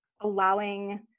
allowing